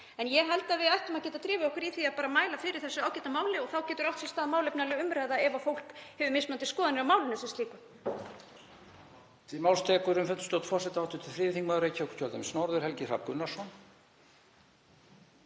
Ég held að við ættum að geta farið að drífa okkur í að mæla fyrir þessu ágæta máli. Þá getur átt sér stað málefnaleg umræða ef fólk hefur mismunandi skoðanir á málinu sem slíku.